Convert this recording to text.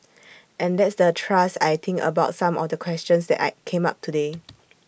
and that's the thrust I think about some of the questions that I came up today